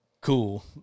Cool